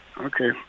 Okay